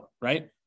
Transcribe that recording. Right